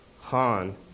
Han